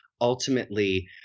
ultimately